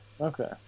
Okay